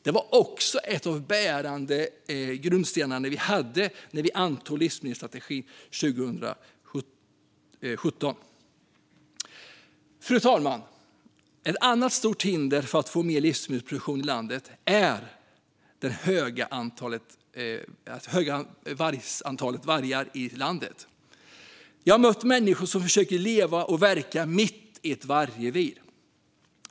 Det var också en av de bärande grundstenar som vi hade när vi antog livsmedelsstrategin 2017. Fru talman! Ett annat stort hinder mot att få mer livsmedelsproduktion är det stora antalet vargar i landet. Jag har mött människor som försöker leva och verka mitt i ett vargrevir.